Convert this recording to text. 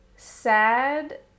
sad